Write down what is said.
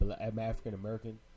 african-american